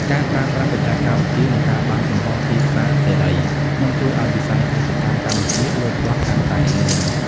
ការប្រើប្រាស់បច្ចេកវិទ្យា និងការបើកចំហរទីផ្សារសេរី នឹងជួយឱ្យវិស័យកសិកម្មកម្ពុជាលោតផ្លោះកាន់តែលឿន។